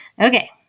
Okay